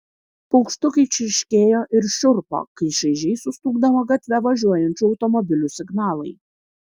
paukštukai čirškėjo ir šiurpo kai šaižiai sustūgdavo gatve važiuojančių automobilių signalai